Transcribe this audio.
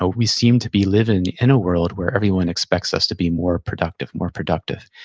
ah we seem to be living in a world where everyone expects us to be more productive, more productive.